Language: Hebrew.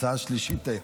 הצעה שלישית היום.